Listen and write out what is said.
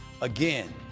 Again